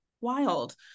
wild